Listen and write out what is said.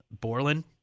Borland